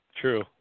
True